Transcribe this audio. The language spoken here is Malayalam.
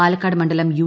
പാലക്കാട് മണ്ഡലം യു